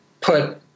put